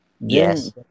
Yes